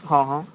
હા હા